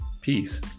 peace